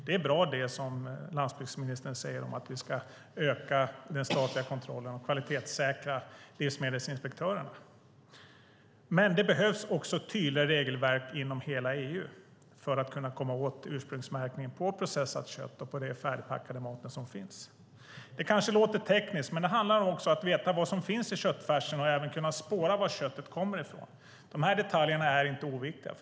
Det som landsbygdsministern säger är bra, att vi ska öka den statliga kontrollen och kvalitetssäkra livsmedelsinspektörerna. Men det behövs också tydliga regelverk inom hela EU för att kunna komma åt ursprungsmärkningen på processat kött och på den färdigpackade mat som finns. Det kanske låter tekniskt, men det handlar också om att veta vad som finns i köttfärsen och även kunna spåra varifrån köttet kommer. De här detaljerna är inte oviktiga.